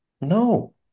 No